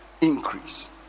increase